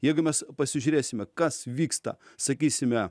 jeigu mes pasižiūrėsime kas vyksta sakysime